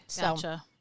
gotcha